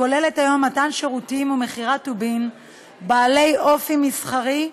הכוללת היום מתן שירותים ומכירת טובין בעלי אופי מסחרי,